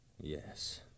Yes